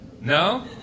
No